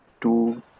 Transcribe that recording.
two